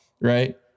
right